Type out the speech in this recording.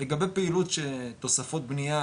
לגבי פעילות של תוספות בנייה,